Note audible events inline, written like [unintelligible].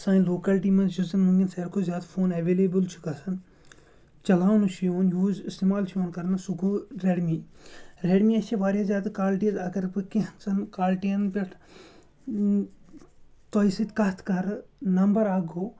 سانہِ لوکیلٹی منٛز چھِ [unintelligible] ساروی کھۄت زیادٕ فون اٮ۪وٮ۪لیبٕل چھُ گژھان چَلاونہٕ چھُ یِوان یوٗز اِستعمال چھُ یِوان کَرنہٕ سُہ گوٚو رٮ۪ڈمی رٮ۪ڈمِیَس چھِ واریاہ زیادٕ کالٹیٖز اَگر بہٕ کیٚنٛہہ ژَن کالٹِیَن پٮ۪ٹھ تۄہہِ سۭتۍ کَتھ کَرٕ نَمبر اَکھ گوٚو